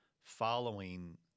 following